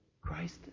Christ